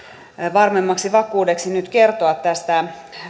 varmemmaksi vakuudeksi nyt kertoa